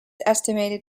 estimated